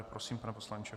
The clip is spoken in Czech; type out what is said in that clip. Prosím, pane poslanče.